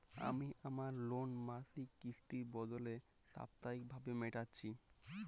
আমি আমার লোন মাসিক কিস্তির বদলে সাপ্তাহিক ভাবে মেটাচ্ছি